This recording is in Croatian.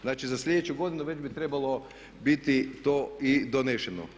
Znači za sljedeću godinu već bi trebalo biti to i doneseno.